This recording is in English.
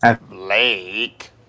Blake